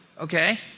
Okay